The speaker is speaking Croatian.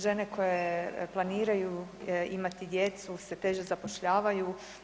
Žene koje planiraju imati djecu se teže zapošljavaju.